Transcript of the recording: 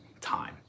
time